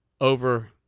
over